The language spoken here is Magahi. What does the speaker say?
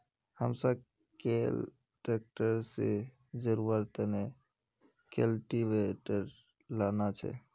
हमसाक कैल ट्रैक्टर से जोड़वार तने कल्टीवेटर लाना छे